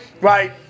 right